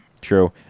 true